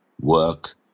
Work